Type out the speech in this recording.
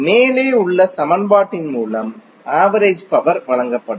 மேலே உள்ள சமன்பாட்டின் மூலம் ஆவரேஜ் பவர் வழங்கப்படும்